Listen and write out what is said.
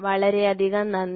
വളരെയധികം നന്ദി